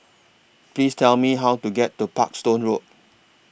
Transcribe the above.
Please Tell Me How to get to Parkstone Road